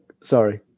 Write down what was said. sorry